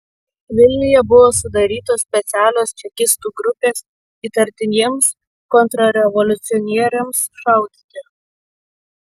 vilniuje buvo sudarytos specialios čekistų grupės įtartiniems kontrrevoliucionieriams šaudyti